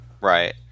Right